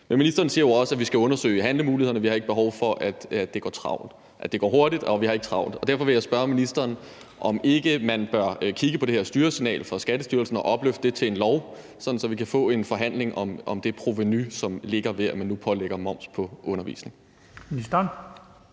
Ministeren siger jo også, at vi skal undersøge handlemulighederne, at vi ikke har behov for, at det går hurtigt, og at vi ikke har travlt. Derfor vil jeg spørge ministeren, om ikke man bør kigge på det her styresignal fra Skattestyrelsen og opløfte det til en lov, sådan at vi kan få en forhandling om det provenu, som der er der nu, ved at man pålægger moms på undervisning.